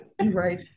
right